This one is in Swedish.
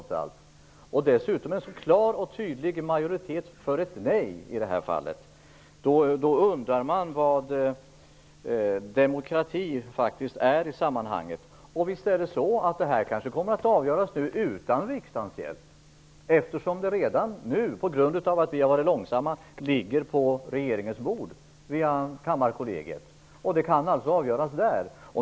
När det dessutom blev en sådan klar och tydlig majoritet för ett nej i det här fallet undrar man vad demokrati egentligen är i det här sammanhanget. Nu kanske det här kommer att avgöras utan riksdagens hjälp. Eftersom vi har varit långsamma har ärendet redan nu via Kammarkollegiet hamnat på regeringens bord. Det kan alltså avgöras där.